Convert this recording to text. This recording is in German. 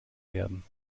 werden